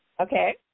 Okay